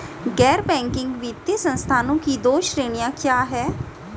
गैर बैंकिंग वित्तीय संस्थानों की दो श्रेणियाँ क्या हैं?